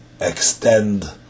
extend